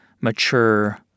mature